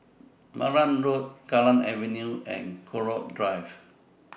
Malan Road Kallang Avenue and Connaught Drive